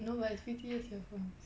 no but it's B_T_S earphones